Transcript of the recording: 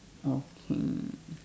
okay